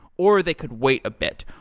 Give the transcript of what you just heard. or they could wait a bit.